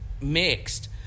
mixed